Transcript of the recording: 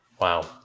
wow